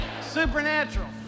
supernatural